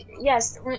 Yes